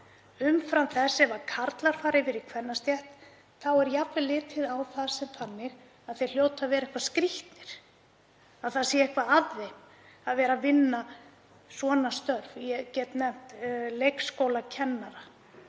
umfram það ef karlar fara yfir í kvennastétt og er jafnvel litið á það þannig að þeir hljóti að vera eitthvað skrýtnir, að það sé eitthvað að þeim að vera að vinna svona störf, ég get nefnt leikskólakennara.